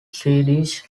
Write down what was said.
swedish